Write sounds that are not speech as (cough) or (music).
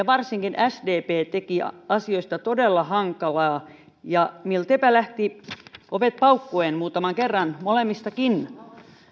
(unintelligible) varsinkin sdp teki asioista todella hankalia ja milteipä lähti ovet paukkuen muutaman kerran molemmistakin